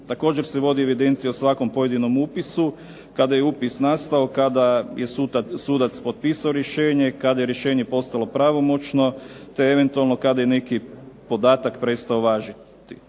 Također se vodi evidencija o svakom pojedinom upisu, kada je upis nastao, kada je sudac potpisao rješenje, kada je rješenje postalo pravomoćno, te eventualno kada je neki podatak prestao važiti.